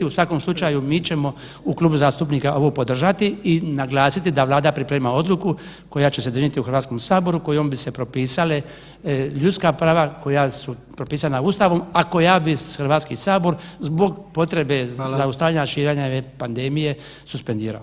U svakom slučaju mi ćemo u klubu zastupnika ovo podržati i naglasiti da Vlada priprema odluku koja će se donijeti u Hrvatskom saboru kojom bi se propisale ljudska prava koja su propisana Ustavom, a koja bi Hrvatski sabor zbog potrebe zaustavljanja širenja [[Upadica: Hvala.]] pandemije suspendirao.